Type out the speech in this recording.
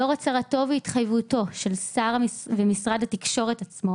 לאור הצהרתו והתחייבותו של השר ומשרד התקשורת עצמו